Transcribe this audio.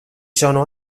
sono